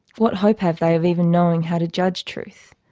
what hope have they of even knowing how to judge truth?